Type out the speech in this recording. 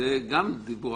זה גם דיבור.